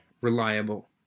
reliable